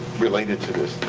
related to this,